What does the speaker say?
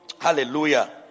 hallelujah